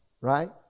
right